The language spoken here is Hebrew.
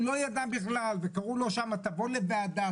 הוא לא ידע בכלל ושלחו לו מכתבים תבוא לוועדה,